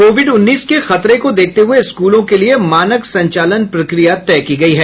Covid उन्नीस के खतरे को देखते हुये स्कूलों के लिए मानक संचालन प्रक्रिया तय की गयी है